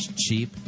cheap